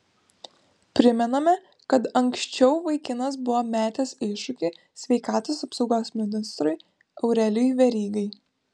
primename kad anksčiau vaikinas buvo metęs iššūkį sveikatos apsaugos ministrui aurelijui verygai